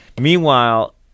meanwhile